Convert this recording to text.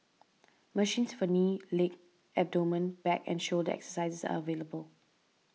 machines for knee leg abdomen back and shoulder exercises are available